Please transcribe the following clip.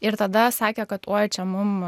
ir tada sakė kad uoj čia mum